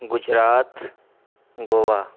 Gujarat Goa